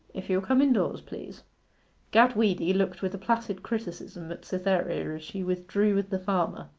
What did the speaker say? if you'll come indoors, please gad weedy looked with a placid criticism at cytherea as she withdrew with the farmer.